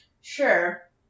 Sure